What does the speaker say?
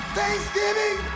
thanksgiving